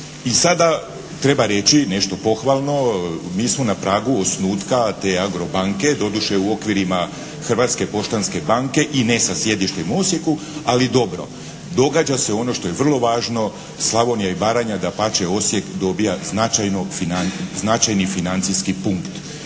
i sada treba reći nešto pohvalno. Mi smo na pragu osnutka te "Agrobanke". Doduše, u okvirima Hrvatske poštanske banke i ne sa sjedištem u Osijeku, ali dobro. Događa se ono što je vrlo važno, Slavonija i Baranja dapače, Osijek dobija značajni financijski punkt.